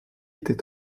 était